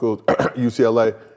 UCLA